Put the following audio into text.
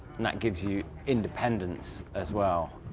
and that gives you independence as well,